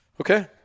Okay